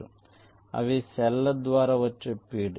అవి కణాల ద్వారా వచ్చే ఫీడ్